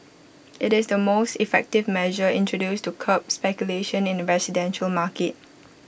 IT is the most effective measure introduced to curb speculation in the residential market